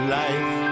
life